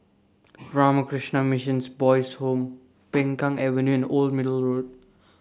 Ramakrishna Missions Boys' Home Peng Kang Avenue and Old Middle Road